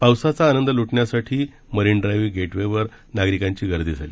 पावसाचा आनंद लुटण्यासाठी मारिन ड्राइव्ह गेटवेवर नागरिकांची गर्दी झाली